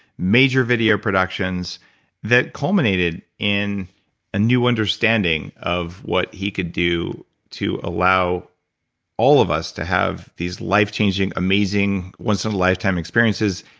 major video productions that culminated in a new understanding of what he could do to allow all of us to have these life changing, amazing, once in a lifetime experiences,